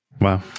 Wow